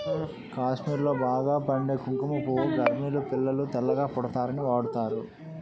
కాశ్మీర్లో బాగా పండే కుంకుమ పువ్వు గర్భిణీలు పిల్లలు తెల్లగా పుడతారని వాడుతారు